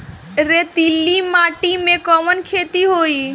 रेतीली माटी में कवन खेती होई?